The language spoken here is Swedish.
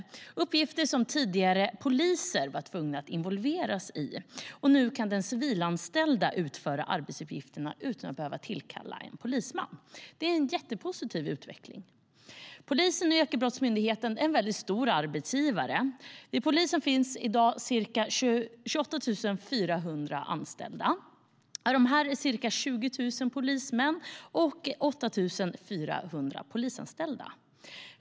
Det är uppgifter som poliser tidigare var tvungna att involveras i, och nu kan den civilanställda utföra arbetsuppgifterna utan att behöva tillkalla en polisman. Det är en jättepositiv utveckling. Polisen och Ekobrottsmyndigheten är väldigt stora arbetsgivare. Vid polisen finns i dag ca 28 400 anställda. Av dem är ca 20 000 polismän och 8 400 polisanställda.